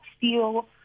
feel